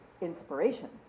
inspiration